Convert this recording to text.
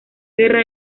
guerra